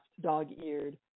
dog-eared